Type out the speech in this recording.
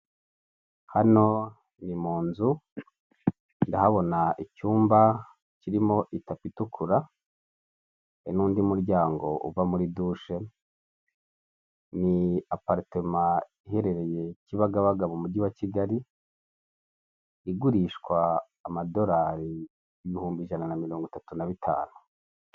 Hano ni mu nzu, ndahabona icyumba kirimo itapi itukura, hari n'undi muryango uva muri dushe, ni aparitema iherereye Kibagabaga, mu mujyi wa Kigali, igurishwa amadorari ibihumbi ijana na mirongo itatu na bitanu.